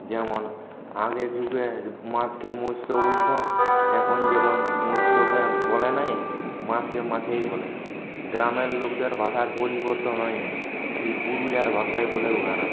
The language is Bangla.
যেমন আগের যুগে মাছকে মৎস্য বলত এখন যেমন মৎস্য কেউ বলে না মাছকে মাছই বলে গ্রামের লোকদের ভাষার পরিবর্তন হয় নাই সেই পুরুলিয়ার ভাষাই বলে ওরা